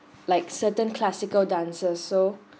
like certain classical dancer so